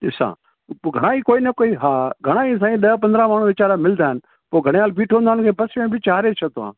ॾिसा पोइ घणा ई कोई न कोई हा घणा ई साईं ॾह पंद्राहं माण्हू विचारा मिलंदा इन पोइ घणियाल बीठो हूंदो आहे त बस में बि चाढ़े छॾंदो आहे